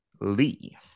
Lee